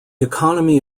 economy